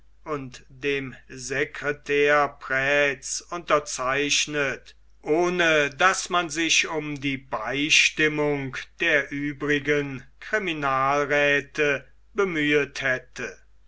und dem sekretär pranz unterzeichnet ohne daß man sich um die beistimmung der übrigen criminalräthe bemüht hätte